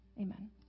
amen